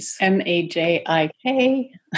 M-A-J-I-K